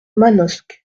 manosque